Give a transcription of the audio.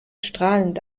strahlend